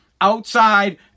outside